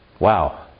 Wow